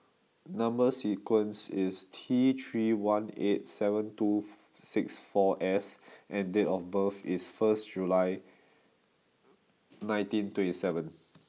number sequence is T three one eight seven two six four S and date of birth is first June nineteen twenty seven